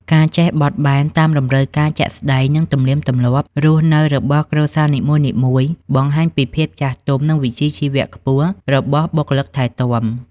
ការចេះបត់បែនតាមតម្រូវការជាក់ស្តែង និងទំនៀមទម្លាប់រស់នៅរបស់គ្រួសារនីមួយៗ បង្ហាញពីភាពចាស់ទុំ និងវិជ្ជាជីវៈខ្ពស់របស់បុគ្គលិកថែទាំ។